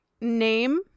name